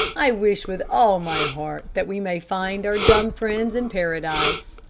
i wish with all my heart that we may find our dumb friends in paradise.